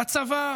לצבא,